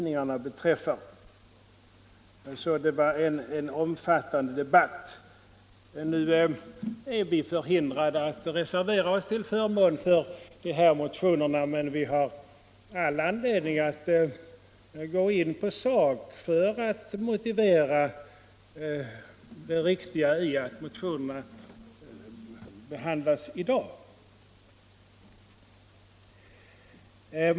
Nu är vi emellertid förhindrade att reservera oss till förmån för de här motionerna, men vi har all anledning att gå in på sakfrågorna för att motivera varför motionerna hade bort behandlas i dag.